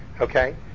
okay